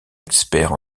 expert